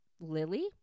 Lily